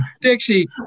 dixie